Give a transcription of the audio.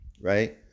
Right